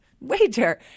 Wager